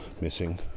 missing